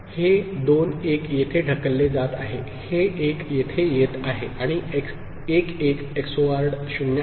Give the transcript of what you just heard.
हे दोन 1 येथे ढकलले जात आहे हे 1 येथे येत आहे आणि 1 1 XORed 0 आहे